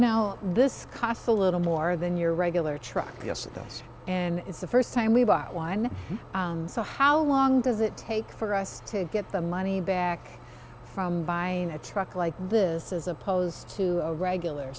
know this costs a little more than your regular truck yes yes and it's the first time we buy one so how long does it take for us to get the money back from buying a truck like this is opposed to a regular